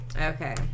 Okay